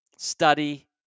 Study